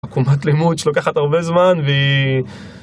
עקומת לימוד שלוקחת הרבה זמן, והיא...